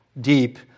deep